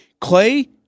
Clay